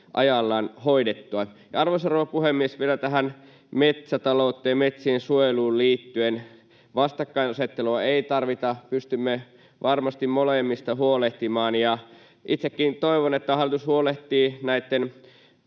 ajallaan hoidettua. Arvoisa rouva puhemies! Vielä tähän metsätalouteen, metsien suojeluun liittyen: Vastakkainasettelua ei tarvita. Pystymme varmasti molemmista huolehtimaan. Itsekin toivon, että hallitus huolehtii näitten